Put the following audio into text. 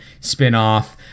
spinoff